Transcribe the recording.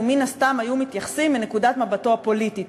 מן הסתם היו מתייחסים מנקודת המבט הפוליטית,